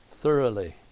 thoroughly